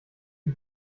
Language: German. die